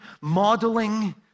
modeling